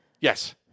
Yes